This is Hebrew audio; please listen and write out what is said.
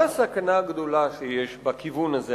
מה הסכנה הגדולה שיש בכיוון הזה,